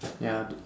ya tho~